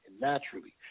naturally